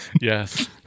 Yes